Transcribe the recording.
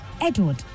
Edward